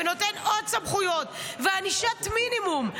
ונותן עוד סמכויות וענישת מינימום,